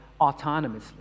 autonomously